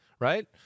Right